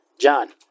John